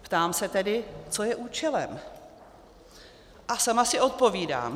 Ptám se tedy, co je účelem, a sama si odpovídám.